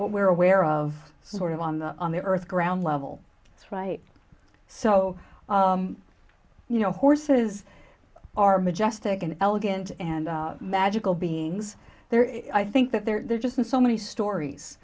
are aware of sort of on the on the earth ground level right so you know horses are majestic and elegant and magical beings there i think that there are just so many stories